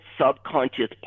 subconscious